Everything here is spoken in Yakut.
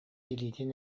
илиитин